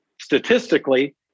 statistically